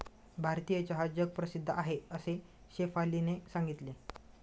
भारतीय चहा जगप्रसिद्ध आहे असे शेफालीने सांगितले